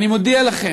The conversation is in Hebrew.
אני מודיע לכם,